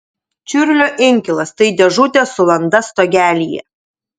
čiurlio inkilas tai dėžutė su landa stogelyje